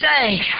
say